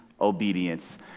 obedience